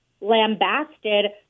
lambasted